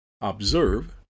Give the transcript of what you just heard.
observe